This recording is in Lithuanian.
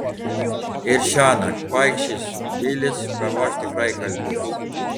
ir šiąnakt paikšis bilis bemaž tikrai kalbės